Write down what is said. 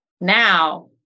Now